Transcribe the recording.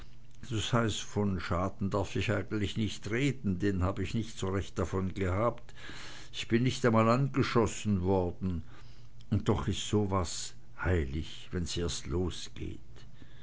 das heißt von schaden darf ich eigentlich nicht reden den hab ich nicht so recht davon gehabt ich bin nicht mal angeschossen worden und doch is so was billig wenn's erst losgeht